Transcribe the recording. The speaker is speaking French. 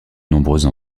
nombreuses